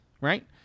right